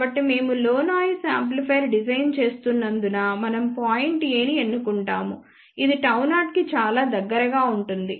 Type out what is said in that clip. కాబట్టి మేము లో నాయిస్ యాంప్లిఫైయర్ డిజైన్ చేస్తున్నందున మనం పాయింట్ A ని ఎన్నుకుంటాము ఇది Γ0 కి చాలా దగ్గరగా ఉంటుంది